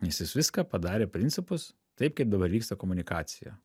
nes jis viską padarė principus taip kaip dabar vyksta komunikacija